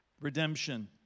Redemption